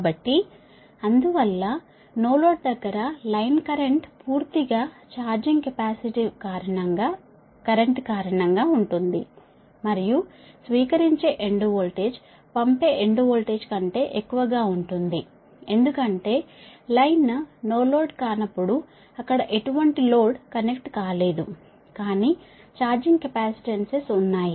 కాబట్టి అందువల్ల no load దగ్గర లైన్ కరెంట్ పూర్తిగా ఛార్జింగ్ కెపాసిటివ్ కరెంట్ కారణంగా ఉంటుంది మరియు స్వీకరించే ఎండ్ వోల్టేజ్ పంపే ఎండ్ వోల్టేజ్ కంటే ఎక్కువగా ఉంటుంది ఎందుకంటే లైన్ నో లోడ్ కానప్పుడు అక్కడ ఎటువంటి లోడ్ కనెక్ట్ కాలేదు కాని ఛార్జింగ్ కెపాసిటన్సెస్ ఉన్నాయి